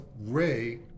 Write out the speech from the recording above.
Ray